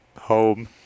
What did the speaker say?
home